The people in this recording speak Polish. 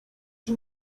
czy